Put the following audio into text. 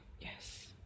yes